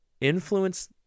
influence